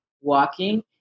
walking